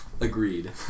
Agreed